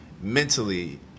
mentally